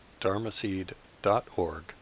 dharmaseed.org